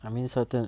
I mean certain